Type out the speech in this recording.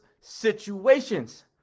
situations